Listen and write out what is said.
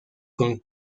con